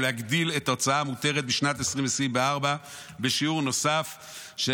ולהגדיל את ההוצאה המותרת בשנת 2024 בשיעור נוסף של